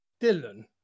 Dylan